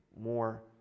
more